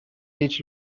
each